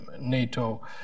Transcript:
NATO